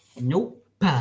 Nope